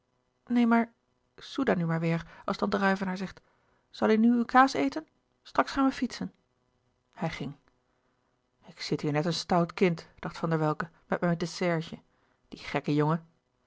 neen maar soeda nu maar weêr als tante ruyvenaer zegt zal u nu uw kaas eten straks gaan we fietsen hij ging ik zit hier net een stout kind dacht van der welcke met mijn dessertje die gekke jongen